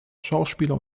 schauspieler